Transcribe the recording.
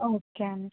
okay అండి